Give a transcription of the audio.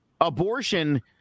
abortion